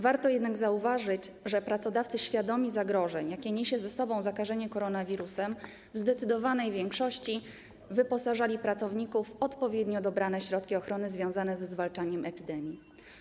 Warto zauważyć, że pracodawcy świadomi zagrożeń, jakie niesie za sobą zakażenie koronawirusem, w zdecydowanej większości wyposażali pracowników w odpowiednio dobrane środki ochrony związane ze zwalczaniem epidemii.